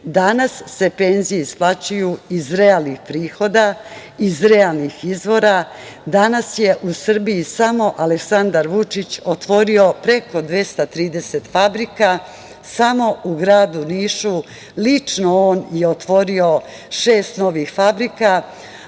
se penzije isplaćuju iz realnih prihoda, iz realnih izvora. Danas je u Srbiji samo Aleksandar Vučić otvorio preko 230 fabrika. Samo u gradu Nišu lično on je otvorio šest novih fabrika,